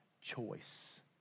choice